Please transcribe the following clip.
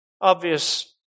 Obvious